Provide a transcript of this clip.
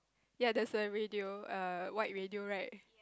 ya that's a radio err white radio right